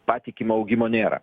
patikimo augimo nėra